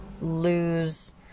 lose